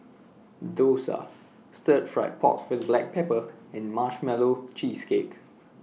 Dosa Stir Fried Pork with Black Pepper and Marshmallow Cheesecake